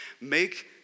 make